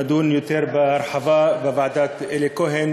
נדון יותר בהרחבה בוועדת אלי כהן,